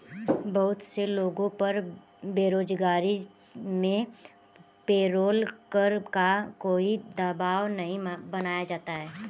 बहुत से लोगों पर बेरोजगारी में पेरोल कर का कोई दवाब नहीं बनाया जाता है